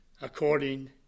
according